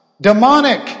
demonic